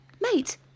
Mate